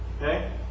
okay